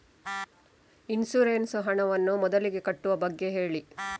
insurance ನ ಹಣವನ್ನು ಮೊದಲಿಗೆ ಕಟ್ಟುವ ಬಗ್ಗೆ ಹೇಳಿ